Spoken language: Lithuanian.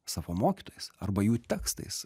savo mokytojais arba jų tekstais